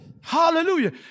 hallelujah